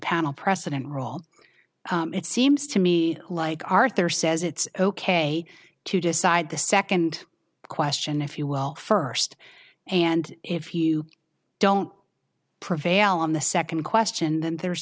panel precedent raul it seems to me like arthur says it's ok to decide the second question if you will first and if you don't prevail on the second question then there's